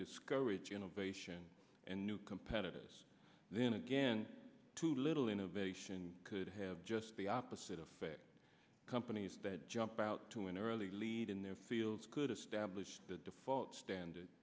discourage innovation and new competitors then again too little innovation could have just the opposite effect companies bad jumped out to an early lead in their field could establish the default standard